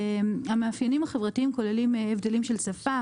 המאפיינים החברתיים כוללים הבדלים של שפה,